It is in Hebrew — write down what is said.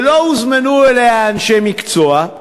שלא הוזמנו אליה אנשי מקצוע,